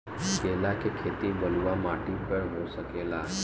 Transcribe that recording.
केला के खेती बलुआ माटी पर हो सकेला का?